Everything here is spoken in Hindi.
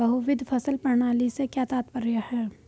बहुविध फसल प्रणाली से क्या तात्पर्य है?